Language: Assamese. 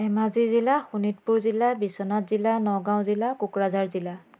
ধেমাজি জিলা শোণিতপুৰ জিলা বিশ্বনাথ জিলা নগাঁও জিলা কোকৰাঝাৰ জিলা